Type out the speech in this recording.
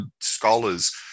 scholars